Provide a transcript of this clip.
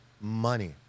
money